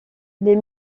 les